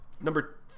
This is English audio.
Number